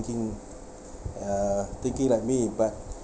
uh thinking like me but